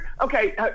Okay